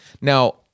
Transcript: Now